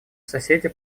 соседи